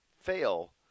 fail